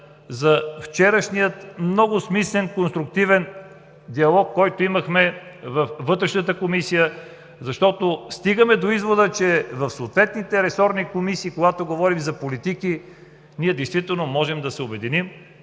за вчерашния много смислен, конструктивен диалог, който имахме във Вътрешната комисия. Стигаме да извода, че в съответните ресорни комисии, когато говорим за политики, действително можем да се обединим